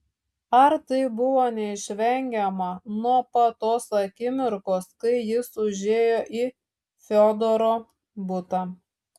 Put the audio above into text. ar tai buvo neišvengiama nuo pat tos akimirkos kai jis užėjo į fiodoro butą